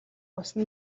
болсон